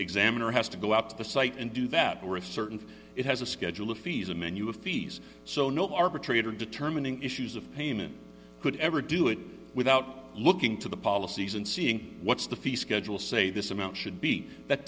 examiner has to go up to the site and do that or if certain it has a schedule of fees a menu of fees so no arbitrator determining issues of payment could ever do it without looking to the policies and seeing what's the fee schedule say this amount should be that